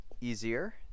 easier